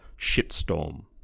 shitstorm